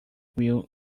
will